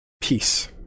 peace